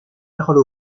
paroles